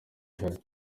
bahari